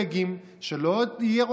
שלא יהיו נורבגים,